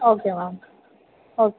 okay ma'am okay